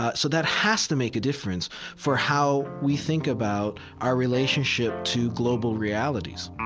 ah so that has to make a difference for how we think about our relationship to global realities